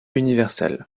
universel